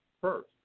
first